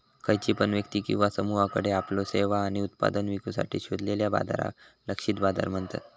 खयची पण व्यक्ती किंवा समुहाकडुन आपल्यो सेवा आणि उत्पादना विकुसाठी शोधलेल्या बाजाराक लक्षित बाजार म्हणतत